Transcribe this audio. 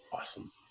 awesome